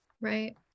right